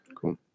Cool